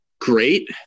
great